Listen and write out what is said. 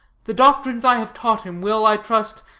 the doctrines i have taught him will, i trust,